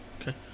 Okay